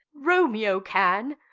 romeo can,